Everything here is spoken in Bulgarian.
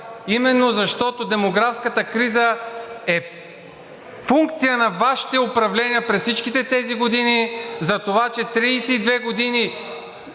именно защото демографската криза е функция на Вашите управления през всичките тези години, за това, че 32 години